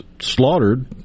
slaughtered